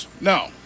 No